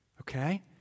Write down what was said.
Okay